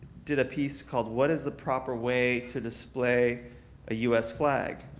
did a piece called what is the proper way to display a us flag,